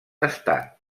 estat